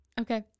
Okay